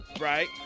right